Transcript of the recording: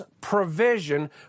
provision